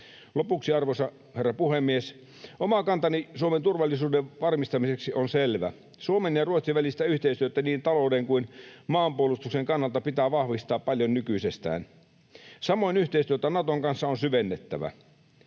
Lopuksi, arvoisa herra puhemies, oma kantani Suomen turvallisuuden varmistamiseksi on selvä: Suomen ja Ruotsin välistä yhteistyötä niin talouden kuin maanpuolustuksen kannalta pitää vahvistaa paljon nykyisestään. Samoin yhteistyötä Naton kanssa on syvennettävä.